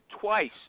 twice